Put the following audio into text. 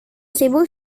sibuk